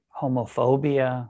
homophobia